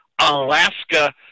Alaska